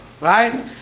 right